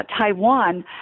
Taiwan